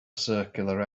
circular